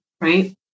right